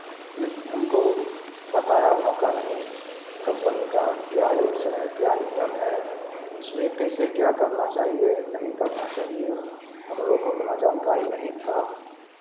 हमको बताया वहाँ का नहीं कम्पनी का क्या रूल्स है क्या नियम है इसमें कैसे क्या करना चाहिए नहीं करना चाहिए हम लोग को उतना जानकारी नहीं था